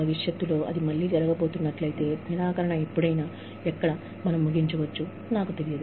భవిష్యత్తులో ఎప్పుడైనా మనం ఎక్కడ ముగిస్తామో నాకు తెలియదు అది మరలా జరుగుతుందో లేదో నిరాకరణ